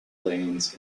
lanes